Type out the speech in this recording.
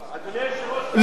אדוני היושב-ראש, לא.